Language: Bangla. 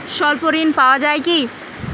স্বল্প ঋণ পাওয়া য়ায় কি?